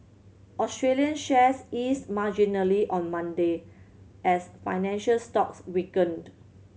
Australian shares eased marginally on Monday as financial stocks weakened